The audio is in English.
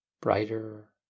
brighter